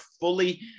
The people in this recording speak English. fully